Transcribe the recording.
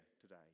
today